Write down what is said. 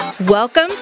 Welcome